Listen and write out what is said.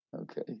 Okay